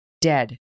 dead